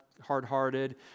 hard-hearted